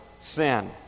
sin